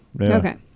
Okay